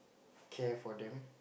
care for them